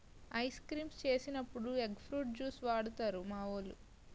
ice creams చేసినప్పుడు egg fruit juice వాడుతారు మావోలు